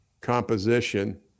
composition